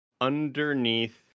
underneath